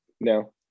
No